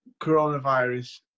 coronavirus